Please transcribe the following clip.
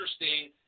interesting